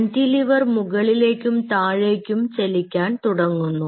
കാന്റി liver മുകളിലേക്കും താഴേക്കും ചലിക്കാൻ തുടങ്ങുന്നു